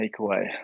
takeaway